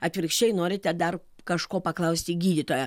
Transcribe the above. atvirkščiai norite dar kažko paklausti gydytojo